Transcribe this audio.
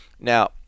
Now